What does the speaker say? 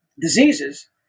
diseases